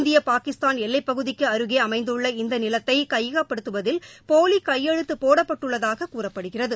இந்திய பாகிஸ்தான் எல்லைப்பகுதிக்கு அருகே அமைந்துள்ள இந்த நிலத்தை கையகப்படுத்துவதில் போலி கையெழுத்து போடப்பட்டுள்ளதாகக் கூறப்படுகிறது